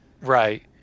Right